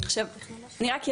עכשיו אני רק ידגיש,